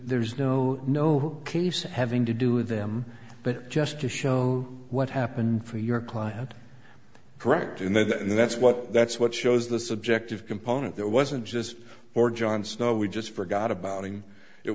there's no no case having to do with them but just to show what happened for your client correct and that's what that's what shows the subjective component there wasn't just for john snow we just forgot about him it